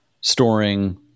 storing